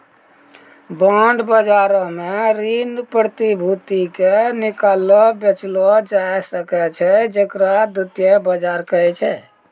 bond बजारो मे ऋण प्रतिभूति के किनलो बेचलो जाय सकै छै जेकरा द्वितीय बजार कहै छै